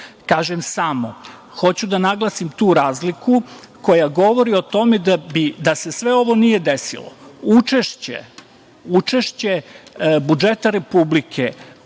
Kažem, samo. Hoću da naglasim tu razliku koja govori o tome da se sve ovo nije desilo, učešće budžeta Republike